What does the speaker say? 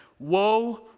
Woe